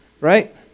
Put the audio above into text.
right